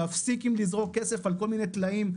להפסיק לזרוק כסף על כל מיני טלאים,